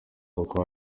boko